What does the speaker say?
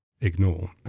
ignore